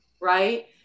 right